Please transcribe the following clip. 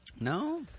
No